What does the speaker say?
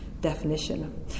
definition